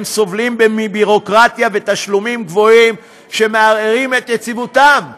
הם סובלים מביורוקרטיה ומתשלומים גבוהים שמערערים את יציבותם.